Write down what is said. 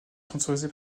sponsorisé